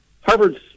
Harvard's